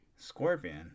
scorpion